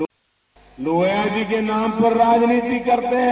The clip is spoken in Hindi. बाइट लोहिया जी के नाम पर राजनीति करते हैं